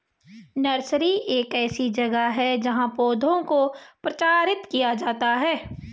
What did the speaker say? nursery एक ऐसी जगह है जहां पौधों को प्रचारित किया जाता है